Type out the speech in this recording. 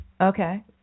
Okay